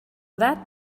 that